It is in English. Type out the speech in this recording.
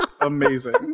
amazing